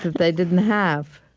they didn't have.